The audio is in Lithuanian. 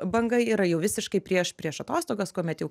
banga yra jau visiškai prieš prieš atostogas kuomet jau